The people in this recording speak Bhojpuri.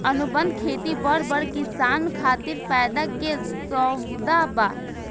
अनुबंध खेती बड़ बड़ किसान खातिर फायदा के सउदा बा